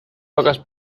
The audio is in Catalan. poques